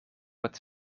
het